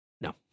No